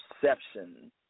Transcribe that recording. perception